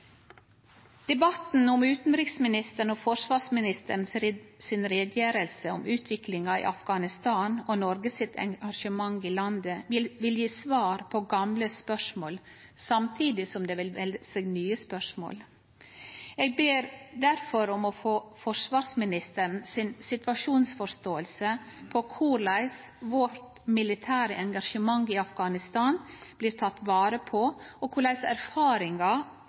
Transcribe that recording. Debatten om utanriksministeren og forsvarsministeren sine utgreiingar om utviklinga i Afghanistan og Noreg sitt engasjement i landet vil gje svar på gamle spørsmål samtidig som det vil melde seg nye spørsmål. Eg ber derfor om å få forsvarsministeren si situasjonsforståing av korleis vårt militære engasjement i Afghanistan blir teke vare på og korleis erfaringar